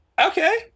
Okay